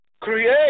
Create